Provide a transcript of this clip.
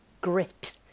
grit